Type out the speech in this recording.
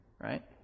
right